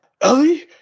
ellie